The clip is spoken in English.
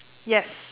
yes